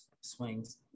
swings